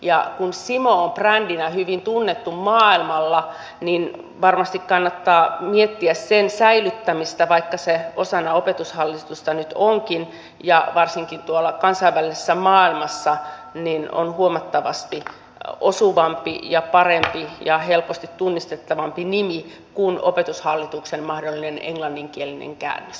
kun cimo on brändinä hyvin tunnettu maailmalla niin varmasti kannattaa miettiä sen säilyttämistä vaikka se osana opetushallitusta nyt onkin ja varsinkin tuolla kansainvälisessä maailmassa se on huomattavasti osuvampi parempi ja helposti tunnistettavampi nimi kuin opetushallituksen mahdollinen englanninkielinen käännös